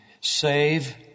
save